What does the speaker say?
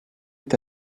est